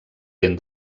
ben